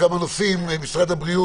כמו שדיברנו בחוק הקודם, יום שישי בלילה.